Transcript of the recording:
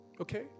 Okay